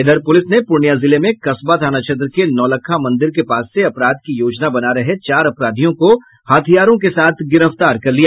उधर पुलिस ने पूर्णियां जिले में कसबा थाना क्षेत्र के नौलखा मंदिर के पास से अपराध की योजना बना रहे चार अपराधियों को हथियारों के साथ गिरफ्तार कर लिया